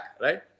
right